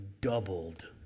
doubled